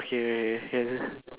okay okay can